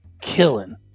killing